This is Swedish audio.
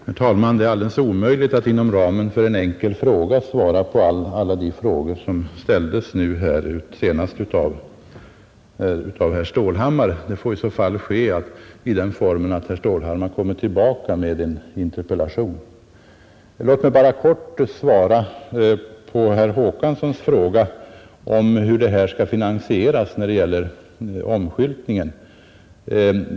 Herr talman! Det är alldeles omöjligt att inom ramen för en enkel fråga beröra alla de spörsmål herr Stålhammar tog upp. Herr Stålhammar får väl återkomma med en interpellation. Låt mig bara kort svara på herr Håkanssons fråga om hur omskyltningen skall finansieras.